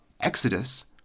exodus